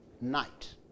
night